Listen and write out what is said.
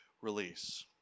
release